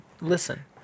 listen